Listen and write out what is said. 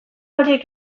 horiek